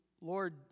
Lord